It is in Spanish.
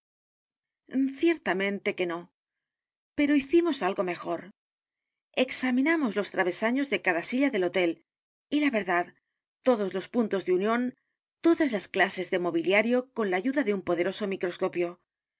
ciertamente que no pero hicimos algo mejor examinamos los travesanos de cada silla del hotel y la verdad todos los puntos de unión todas las clases de mobiliario con la ayuda de un poderoso microscopio